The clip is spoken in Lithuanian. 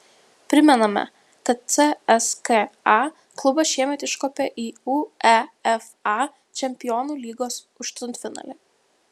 primename kad cska klubas šiemet iškopė į uefa čempionų lygos aštuntfinalį